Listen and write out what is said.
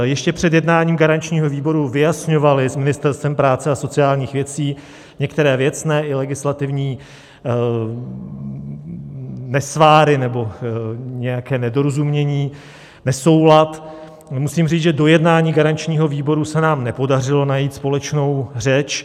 Ještě před jednáním garančního výboru jsme si vyjasňovali s Ministerstvem práce a sociálních věcí některé věcné i legislativní nesváry nebo nějaké nedorozumění, nesoulad a musím říct, že do jednání garančního výboru se nám nepodařilo najít společnou řeč.